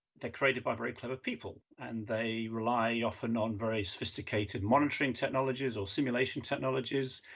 they're created by very clever people, and they rely often on very sophisticated monitoring technologies or simulation technologies.